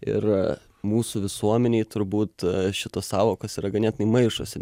ir mūsų visuomenėj turbūt šitos sąvokos yra ganėtinai maišosi